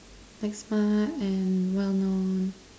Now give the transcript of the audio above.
like smart and well known